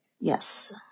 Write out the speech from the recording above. Yes